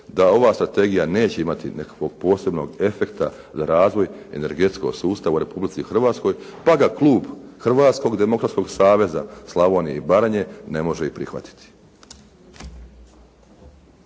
da ova strategija neće imati nekakvog posebnog efekta za razvoj energetskog sustava u Republici Hrvatskoj. Pa ga klub Hrvatskog demokratskog saveza Slavonije i Baranje, ne može i prihvatiti.